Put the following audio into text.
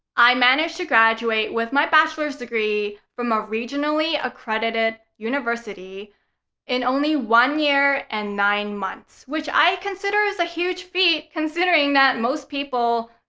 i managed to graduate with my bachelor's degree from a regionally-accredited university in only one year and nine months which i consider is a huge feat, considering that most people,